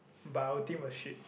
but our team was shit